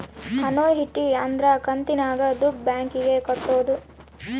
annuity ಅಂದ್ರ ಕಂತಿನಾಗ ದುಡ್ಡು ಬ್ಯಾಂಕ್ ಗೆ ಕಟ್ಟೋದು